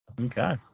Okay